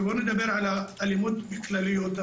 ובוא נדבר על האלימות בכלליותה.